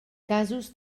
casos